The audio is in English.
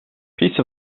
peace